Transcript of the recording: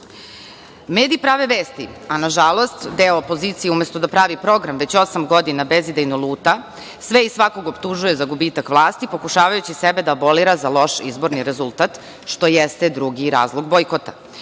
prave vesti, a nažalost, deo opozicije, umesto da pravi program, već osam godina bezidejno luta, sve i svakog optužuje za gubitak vlasti, pokušavajući sebe da abolira za loš izborni rezultat, što jeste drugi razlog bojkota.